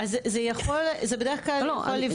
אז זה בדרך כלל יכול לפגוע.